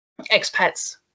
expats